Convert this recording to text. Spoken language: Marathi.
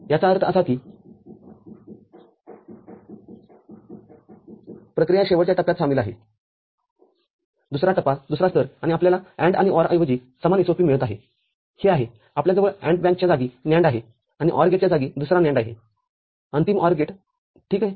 याचा अर्थ असा आहे कीदुसरी NAND प्रक्रिया शेवटच्या टप्प्यात सामील आहे दुसरा टप्पा दुसरा स्तर आणि आपल्याला AND आणि OR ऐवजी समान SOP मिळत आहे हे आहे आपल्याजवळ AND बँकच्या जागी NAND आहे आणि OR गेटच्या जागी दुसरा NAND आहेअंतिम OR गेट ठीक आहे